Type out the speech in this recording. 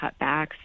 cutbacks